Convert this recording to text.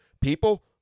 People